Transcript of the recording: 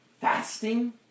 fasting